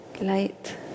light